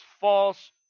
false